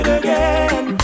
again